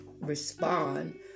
respond